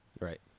Right